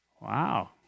Wow